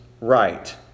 right